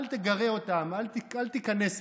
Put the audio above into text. אל תגרה אותם, אל תיכנס בהם.